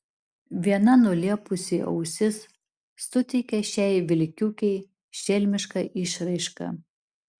viena nulėpusi ausis suteikia šiai vilkiukei šelmišką išraišką